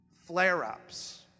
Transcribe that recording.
Flare-ups